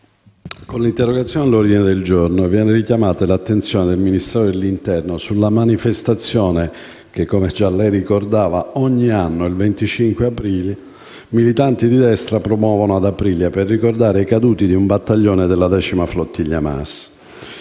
con l'interrogazione all'ordine del giorno viene richiamata l'attenzione del Ministro dell'interno sulla manifestazione che, come già lei ricordava, ogni anno, il 25 aprile, militanti di destra promuovono ad Aprilia, per ricordare i caduti di un battaglione della X flottiglia MAS.